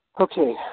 Okay